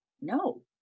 No